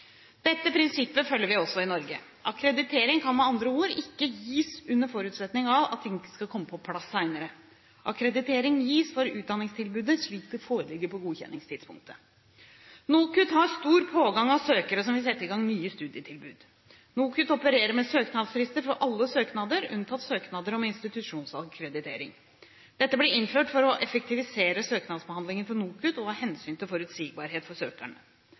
Dette prinsippet følger vi også i Norge. Akkreditering kan med andre ord ikke gis under forutsetning av at ting skal komme på plass senere. Akkreditering gis for utdanningstilbudet slik det foreligger på godkjenningstidspunktet. NOKUT har stor pågang av søkere som vil sette i gang nye studietilbud. NOKUT opererer med søknadsfrister for alle søknader unntatt søknader om institusjonsakkreditering. Dette ble innført for å effektivisere søknadsbehandlingen for NOKUT og av hensyn til forutsigbarhet for